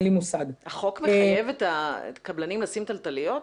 החוק מחייב את הקבלנים לשים תלתליות?